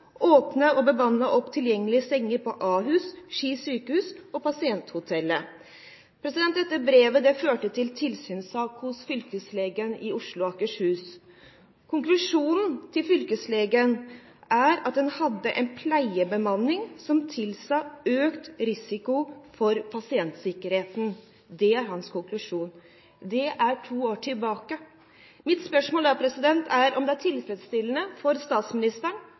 å åpne og bemanne med hensyn til tilgjengelige senger på Ahus, Ski sykehus og pasienthotellet. Dette brevet førte til tilsynssak hos fylkeslegen i Oslo og Akershus. Konklusjonen til fylkeslegen var at en hadde en pleiebemanning som tilsa økt risiko for pasientsikkerheten. Det var hans konklusjon. Det er to år tilbake. Mitt spørsmål er om det er tilfredsstillende for statsministeren